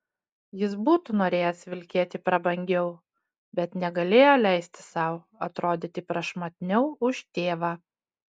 jis būtų norėjęs vilkėti prabangiau bet negalėjo leisti sau atrodyti prašmatniau už tėvą